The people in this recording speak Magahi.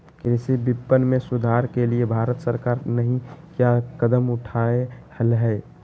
कृषि विपणन में सुधार के लिए भारत सरकार नहीं क्या कदम उठैले हैय?